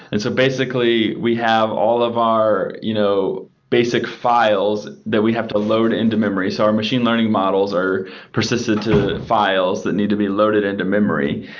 and so basically, we have all of our you know basic files that we have to load into memory. so our machine learning models are persistent to files that need to be loaded into memory.